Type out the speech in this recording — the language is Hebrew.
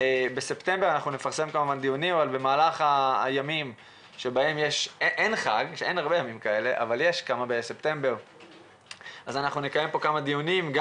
יהיו עוד דיונים במהלך הימים שאין בהם חג נקיים כמה דיונים,